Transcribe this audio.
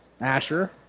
Asher